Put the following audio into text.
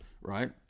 right